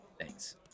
Thanks